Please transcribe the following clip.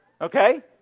Okay